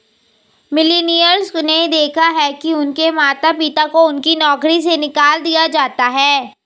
millennials ने देखा है कि उनके माता पिता को उनकी नौकरी से निकाल दिया जाता है